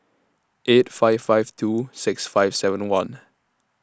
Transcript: eight five five two six five seven one